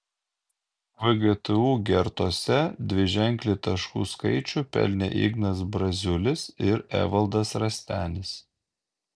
vgtu gertose dviženklį taškų skaičių pelnė ignas braziulis ir evaldas rastenis